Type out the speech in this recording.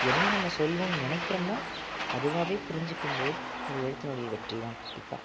என்ன நம்ம சொல்லணுன்னு நினைக்கிறமோ அதுவாகவே புரிஞ்சுக்கும்போது அது எழுத்தினுடைய வெற்றிதான் கண்டிப்பாக